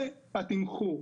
זה התמחור,